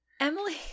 Emily